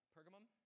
Pergamum